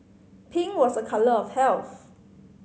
pink was a colour of health